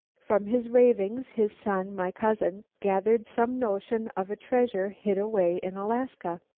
from his ravings his son, my cousin, gathered some notion of a treasure hid away in alaska.